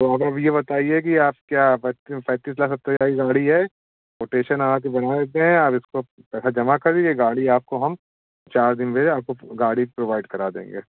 तो अब अब ये बताइए कि आप क्या पै पैतीस लाख सत्तर हज़ार की गाड़ी हैं कोटेशन आज बना दे और इसकों पैसा जमा कर दीजिए गाड़ी आपको हम चार दिन में आपको गाड़ी प्रोवाइड करा देंगे